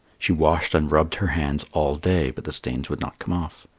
she washed and rubbed her hands all day, but the stains would not come off.